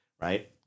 Right